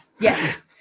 Yes